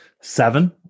Seven